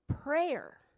prayer